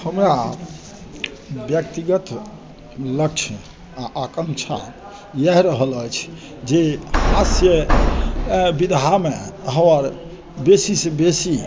हमरा व्यक्तिगत लक्ष्य आ आकाँक्षा इएह रहल अछि जे हास्य विधामे हमर बेसीसँ बेसी